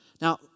Now